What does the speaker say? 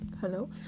hello